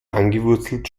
angewurzelt